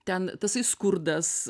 ten tasai skurdas